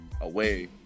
away